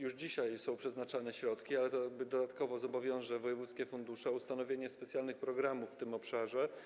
Już dzisiaj są przeznaczane środki, co dodatkowo zobowiąże wojewódzkie fundusze do ustanowienia specjalnych programów w tym obszarze.